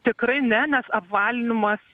tikrai ne nes apvalinimas